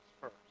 first